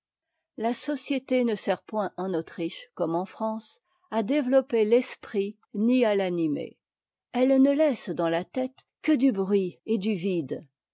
paroles lasociété ne sert point en autriche comme en france à développer l'esprit ni à l'animer elle ne laisse dans la tête que du bruit et du vide